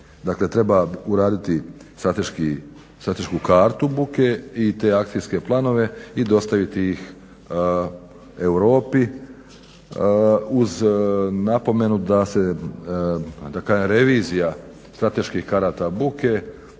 dakle treba uraditi stratešku kartu buke i te akcijske planove i dostaviti ih Europi uz napomenu da se da kažem revizija strateških karata buke